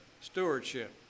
stewardship